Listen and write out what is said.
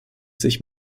sich